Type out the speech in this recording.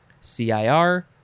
CIR